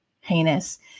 heinous